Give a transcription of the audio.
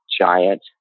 giant